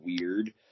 weird